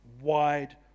Wide